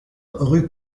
rue